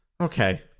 Okay